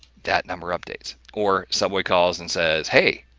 that number updates, or subway calls and says, hey,